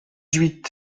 huit